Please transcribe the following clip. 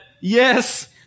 yes